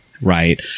right